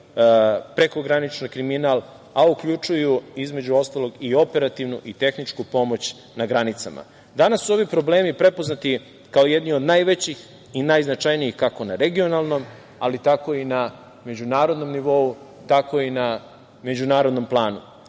prekogranični kriminal, a uključuju, između ostalog i operativnu i tehničku pomoć na granicama. Danas su ovi problemi prepoznati kao jedni od najvećih i najznačajnijih kako na regionalnom ali tako i na međunarodnom nivou tako i na međunarodnom planu.